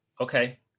Okay